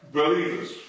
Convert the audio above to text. believers